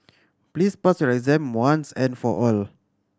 please pass your exam once and for all